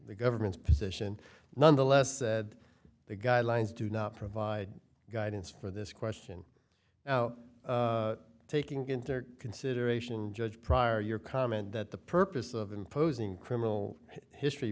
the government's position nonetheless said the guidelines do not provide guidance for this question now taking into consideration judge prior your comment that the purpose of imposing criminal history